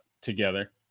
together